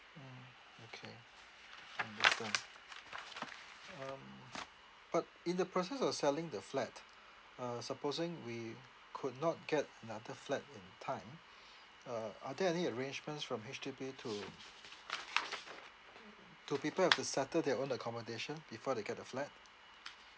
mm okay understand um but in the process of selling the flat uh supposing we could not get another flat in time uh are there any arrangements from H_D_B to do people have to settle their own accommodation before they get the flat